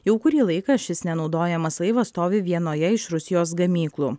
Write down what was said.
jau kurį laiką šis nenaudojamas laivas stovi vienoje iš rusijos gamyklų